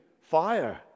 fire